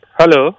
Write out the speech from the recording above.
Hello